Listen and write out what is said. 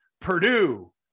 Purdue